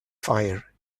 fire